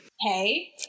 Hey